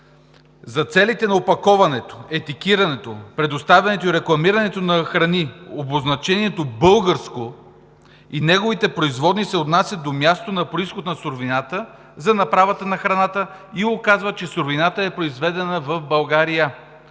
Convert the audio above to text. „за целите на опаковането, етикетирането, предоставянето и рекламирането на храни, обозначението „българско“ и неговите производни се отнасят до място на произход на суровината за направата на храната и указват, че суровината е произведена в България.